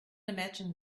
imagine